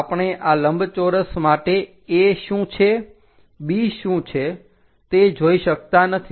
આપણે આ લંબચોરસ માટે A શું છે B શું છે તે જોઈ શકતા નથી